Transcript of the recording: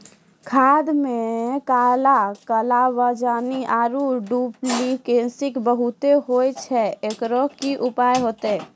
खाद मे काला कालाबाजारी आरु डुप्लीकेसी बहुत होय छैय, एकरो की उपाय होते?